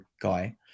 guy